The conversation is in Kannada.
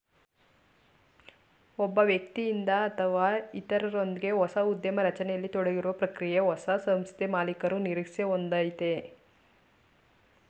ಒಬ್ಬ ವ್ಯಕ್ತಿಯಿಂದ ಅಥವಾ ಇತ್ರರೊಂದ್ಗೆ ಹೊಸ ಉದ್ಯಮ ರಚನೆಯಲ್ಲಿ ತೊಡಗಿರುವ ಪ್ರಕ್ರಿಯೆ ಹೊಸ ಸಂಸ್ಥೆಮಾಲೀಕರು ನಿರೀಕ್ಷೆ ಒಂದಯೈತೆ